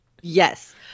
yes